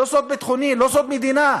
לא סוד ביטחוני, לא סוד מדינה,